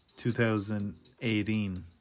2018